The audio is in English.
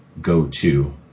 go-to